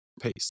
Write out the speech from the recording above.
pace